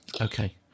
okay